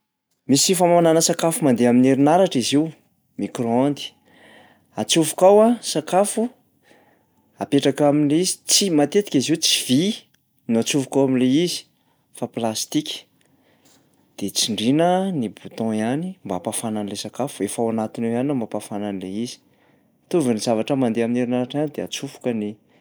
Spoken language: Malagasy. Misy famamanana sakafo mandeha amin'ny herinaratra izy io, micro-ondes. Atsofoka ao a sakafo, apetraka am'lay izy tsy- matetika izy io tsy vy no atsofoka ao am'lay izy fa plastika de tsindriana ny bouton ihany mba hampafana an'le sakafo, efa ao anatiny ao ihany no mampafana an'ilay izy. Mitovy ny zavatra mandeha amin'ny herinaratra ihany de atsofoka ny herinaratra.